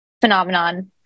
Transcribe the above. phenomenon